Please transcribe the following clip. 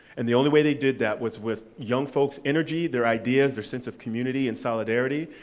and the only way they did that was with young folks' energy, their ideas, their sense of community and solidarity,